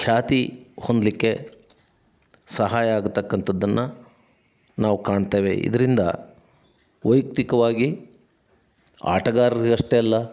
ಖ್ಯಾತಿ ಹೊಂದಲಿಕ್ಕೆ ಸಹಾಯ ಆಗ್ತಕ್ಕಂಥದ್ದನ್ನ ನಾವು ಕಾಣ್ತೇವೆ ಇದರಿಂದ ವೈಯಕ್ತಿಕವಾಗಿ ಆಟಗಾರರಿಗಷ್ಟೆ ಅಲ್ಲ